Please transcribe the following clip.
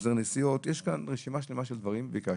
החזר נסיעות יש כאן רשימה שלמה של דברים שביקשתי.